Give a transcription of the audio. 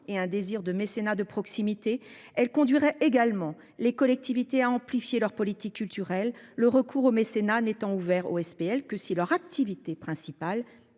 et à un désir de mécénat de proximité, elle conduirait également les collectivités à amplifier leur politique culturelle, le recours au mécénat n'étant ouvert aux SPL que si leur activité principale